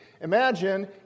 Imagine